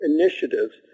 initiatives